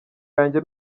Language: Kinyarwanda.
yanjye